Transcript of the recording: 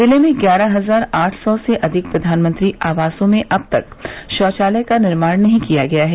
जिले में ग्यारह हजार आठ सौ से अधिक प्रधानमंत्री आवासों में अब तक शौचालय का निर्माण नहीं किया गया है